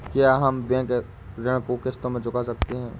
क्या हम बैंक ऋण को किश्तों में चुका सकते हैं?